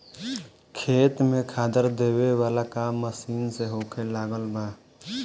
खेत में खादर देबे वाला काम मशीन से होखे लागल बा